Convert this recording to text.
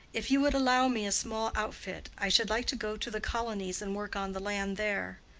if you would allow me a small outfit, i should like to go to the colonies and work on the land there.